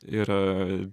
ir a